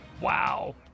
Wow